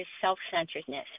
self-centeredness